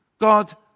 God